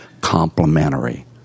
complementary